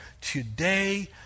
today